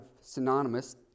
synonymous